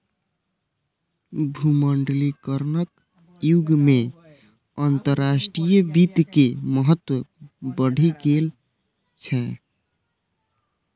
भूमंडलीकरणक युग मे अंतरराष्ट्रीय वित्त के महत्व बढ़ि गेल छै